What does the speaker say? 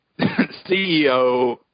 CEO